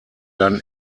dann